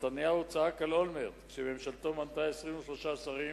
נתניהו צעק על אולמרט שממשלתו מנתה 23 שרים,